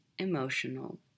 Emotional